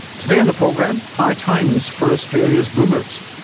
today on the program, high times for australia's boomers.